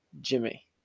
jimmy